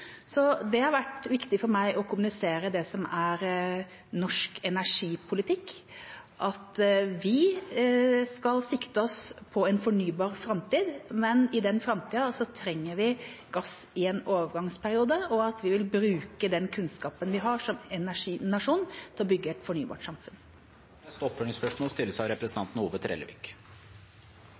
Det har vært viktig for meg å kommunisere det som er norsk energipolitikk, at vi skal sikte oss mot en fornybar framtid, men i den framtida trenger vi gass i en overgangsperiode, og at vi vil bruke den kunnskapen vi har som energinasjon til å bygge et fornybarsamfunn. Ove Trellevik – til oppfølgingsspørsmål.